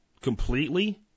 completely